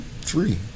three